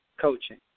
coaching